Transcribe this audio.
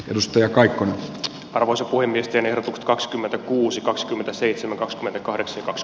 edustaja kai kun arvoisa kuin yhteinen kakskymmentä kuusi kaksikymmentäseitsemän kaksikymmentäkahdeksan vaps